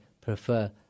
prefer